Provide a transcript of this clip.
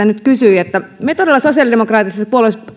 nyt kysyi että me sosiaalidemokraattisen